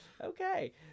Okay